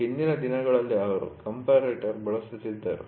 ಹಿಂದಿನ ದಿನಗಳಲ್ಲಿ ಅವರು ಕಂಪರೇಟರ್ ಬಳಸುತ್ತಿದ್ದರು